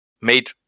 made